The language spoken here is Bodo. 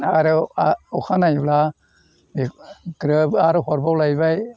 आरो आ अखानायब्ला बेखौ ग्रोब आरो हरबावलायबाय